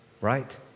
Right